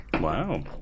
wow